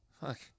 Fuck